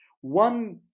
One